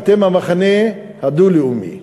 אתם המחנה הדו-לאומי.